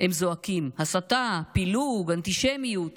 הם זועקים: הסתה, פילוג, אנטישמיות.